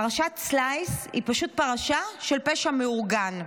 פרשת Slice היא פשוט פרשה של פשע מאורגן.